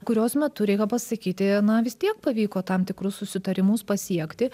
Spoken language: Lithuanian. kurios metu reikia pasakyti na vis tiek pavyko tam tikrus susitarimus pasiekti